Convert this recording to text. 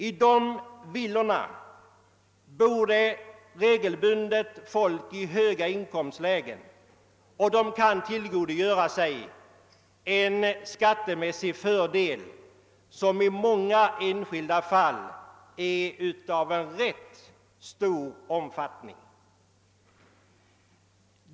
I de villorna bor regelmässigt människor i höga inkomstlägen. De kan tillgodogöra sig skattemässiga fördelar, som i många fall är av ganska stor omfattning.